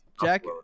Jack